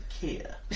care